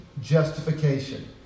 justification